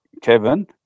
Kevin